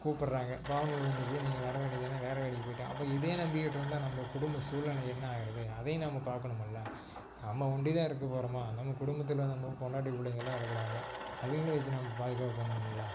கூப்பிட்றாங்க பாவு நூல் வந்துடுச்சு நீங்கள் வர வேண்டியது தானே வேறு வேலைக்கு போய்ட்டா அப்போ இதையே நம்பிக்கிட்டுருந்தா நம்ம குடும்ப சூல்நிலை என்ன ஆகிறது அதையும் நம்ம பார்க்கணுமுல்ல நம்ம ஒண்டி தான் இருக்கப் போறோமா நம்ம குடும்பத்தில் நம்ம பொண்டாட்டி பிள்ளைங்கள்லாம் இருக்கிறாங்க அவங்களையும் வெச்சு நம்ம பாதுகாப்பு பண்ணணுமில்ல